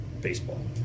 baseball